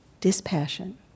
Dispassion